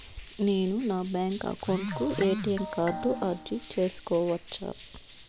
నేను నా bank account కు ఎ.టి.ఎం కార్డు అర్జీ సేసుకోవచ్చా?